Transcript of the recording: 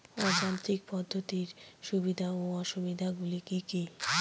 অযান্ত্রিক পদ্ধতির সুবিধা ও অসুবিধা গুলি কি কি?